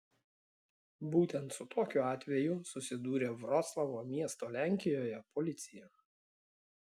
būtent su tokiu atveju susidūrė vroclavo miesto lenkijoje policija